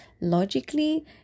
logically